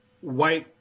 white